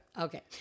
Okay